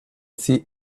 see